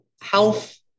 health